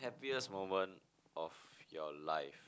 happiest moment of your life